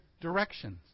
directions